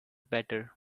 better